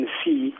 see